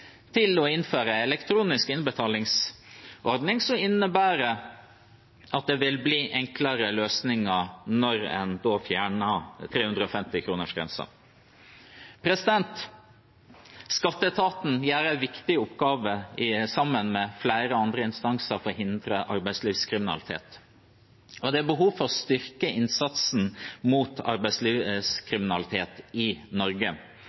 til å innføre en elektronisk innbetalingsordning som innebærer at det vil bli enklere løsninger når en fjerner 350-kronersgrensen. Skatteetaten gjør en viktig oppgave sammen med flere andre instanser for å hindre arbeidslivskriminalitet, og det er behov for å styrke innsatsen mot arbeidslivskriminalitet i Norge.